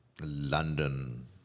London